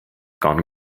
gone